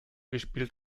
gespielt